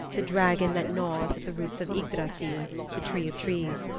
the dragon that gnaws at the roots of ygdrassil, the tree of trees.